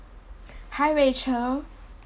hi Rachel